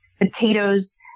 potatoes